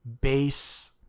base